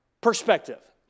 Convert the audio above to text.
perspective